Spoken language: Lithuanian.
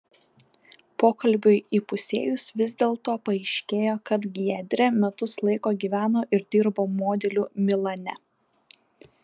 pokalbiui įpusėjus vis dėlto paaiškėjo kad giedrė metus laiko gyveno ir dirbo modeliu milane